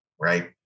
right